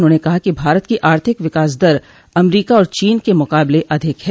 उन्होंने कहा कि भारत की आर्थिक विंकास दर अमरीका और चीन के मुकाबले अधिक है